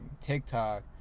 TikTok